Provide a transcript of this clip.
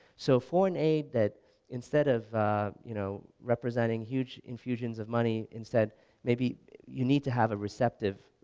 so foreign aid that instead of you know representing huge infusions of money instead maybe you need to have a receptive,